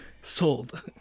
Sold